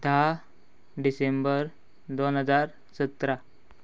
धा डिसेंबर दोन हजार सतरा